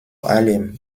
allem